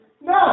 No